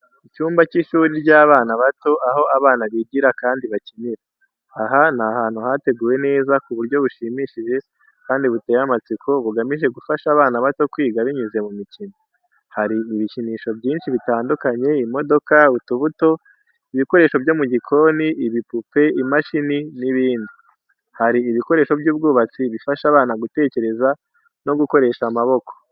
Icyumba cy’ishuri ry’abana bato, aho abana bigira kandi bakinira. Aha ni ahantu hateguwe neza ku buryo bushimishije kandi buteye amatsiko, bugamije gufasha abana bato kwiga binyuze mu mikino. Hari ibikinisho byinshi bitandukanye, imodoka, utubuto, ibikoresho byo mu gikoni, ibipupe, imashini n’ibindi. Hari ibikoresho by’ubwubatsi bifasha abana gutekereza no gukoresha amaboko.